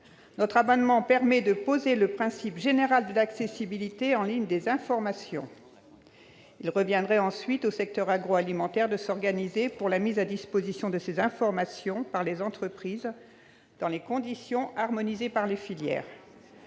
Notre amendement permet de poser le principe général de l'accessibilité en ligne des informations. Il reviendrait ensuite au secteur agroalimentaire de s'organiser pour la mise à disposition de ces informations par les entreprises, dans les conditions harmonisées par les filières.